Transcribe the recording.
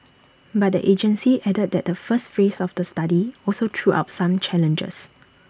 but the agency added that the first phase of the study also threw up some challenges